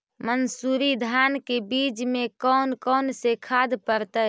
मंसूरी धान के बीज में कौन कौन से खाद पड़तै?